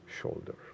shoulder